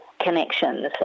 connections